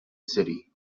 city